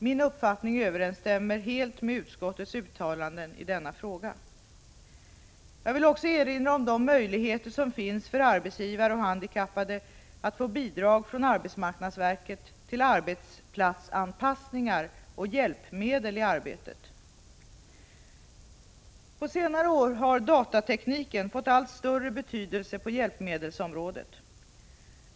Min uppfattning överensstämmer helt med utskottets uttalanden i denna fråga. Jag vill också erinra om de möjligheter som finns för arbetsgivare och handikappade att få bidrag från arbetsmarknadsverket till arbetsplatsanpassningar och hjälpmedel i arbetet. På senare år har datatekniken fått allt större betydelse på hjälpmedelsområdet.